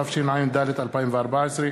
התשע"ד 2014,